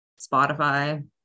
spotify